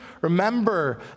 Remember